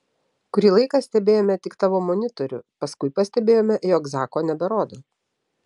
kurį laiką stebėjome tik tavo monitorių paskui pastebėjome jog zako neberodo